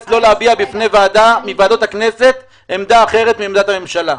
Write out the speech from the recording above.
לא להביע בפני ועדה מוועדות הכנסת עמדה אחרת מעמדת הממשלה.